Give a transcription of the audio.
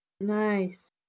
Nice